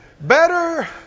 better